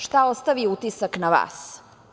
Šta ostavi utisak na vas?